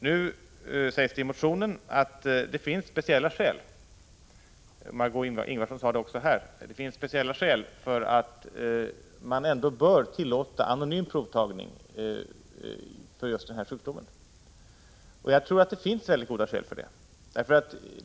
Nu sägs det i motionen och reservationen att det finns speciella skäl — Margé Ingvardsson sade det också här — för att man ändå bör tillåta anonym provtagning för just den här sjukdomen. Jag tror att det finns mycket goda skäl för det.